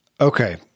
Okay